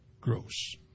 gross